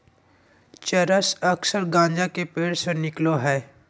चरस अक्सर गाँजा के पेड़ से निकलो हइ